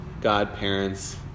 godparents